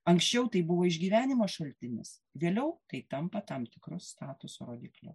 anksčiau tai buvo išgyvenimo šaltinis vėliau tai tampa tam tikru statuso rodikliu